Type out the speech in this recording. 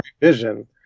vision